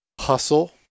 hustle